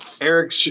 Eric